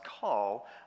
call